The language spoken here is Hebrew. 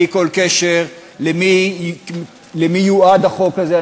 בלי כל קשר למי יועד החוק הזה,